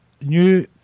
new